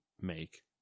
make